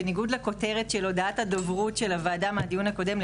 וזאת בניגוד לכותרת של הודעת הדוברות של הוועדה מהדיון הקודם,